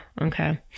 Okay